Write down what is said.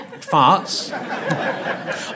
farts